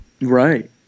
right